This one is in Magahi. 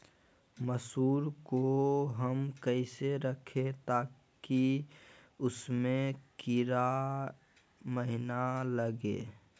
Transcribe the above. मसूर को हम कैसे रखे ताकि उसमे कीड़ा महिना लगे?